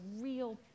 real